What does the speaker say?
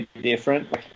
different